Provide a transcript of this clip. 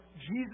Jesus